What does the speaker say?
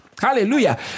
Hallelujah